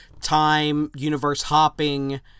time-universe-hopping